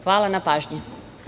Hvala na pažnji.